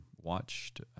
watched